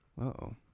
Uh-oh